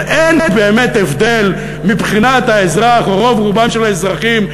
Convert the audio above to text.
אבל אין באמת הבדל מבחינת האזרח או רוב רובם של האזרחים,